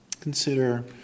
Consider